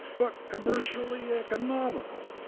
but commercially economical.